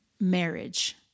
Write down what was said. Marriage